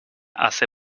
hace